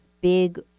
big